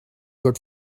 good